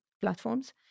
platforms